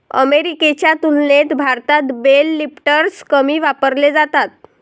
अमेरिकेच्या तुलनेत भारतात बेल लिफ्टर्स कमी वापरले जातात